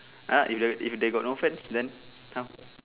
!huh! if there if they got no friend then how